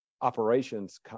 operations